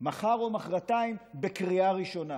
מחר או מוחרתיים בקריאה ראשונה.